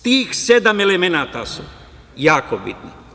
Tih sedam elemenata su jako bitni.